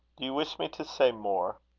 do you wish me to say more?